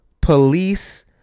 police